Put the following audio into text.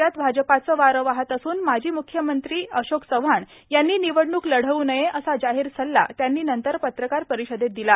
राज्यात भाजपाचे वारे वाहत असून माजी म्ख्यमंत्री अशोक चव्हाण यांनी निवडणूक लढवू नये असा जाहीर सल्ला त्यांनी नंतर पत्रकार परिषदेत दिला